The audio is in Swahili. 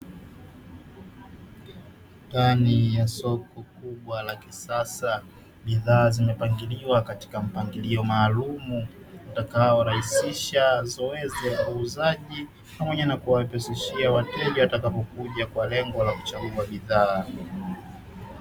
Ndani ya soko kubwa la kisasa, bidhaa zimepangiliwa katika mpangilio maalum utakaorahisisha uuzaji wa bidhaa pamoja na kuwepesishia wateja watakaofika kwa lengo la kuchagua bidhaa.